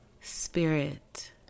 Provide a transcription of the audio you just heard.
Spirit